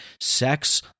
sex